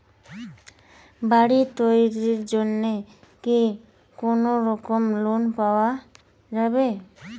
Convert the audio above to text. বাড়ি তৈরির জন্যে কি কোনোরকম লোন পাওয়া যাবে?